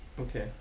Okay